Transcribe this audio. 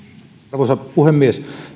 arvoisa puhemies